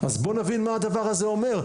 אז בוא נבין מה הדבר הזה אומר,